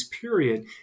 period